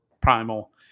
Primal